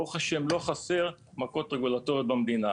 ברוך השם לא חסר מכות רגולטוריות במדינה,